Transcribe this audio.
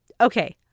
Okay